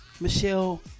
Michelle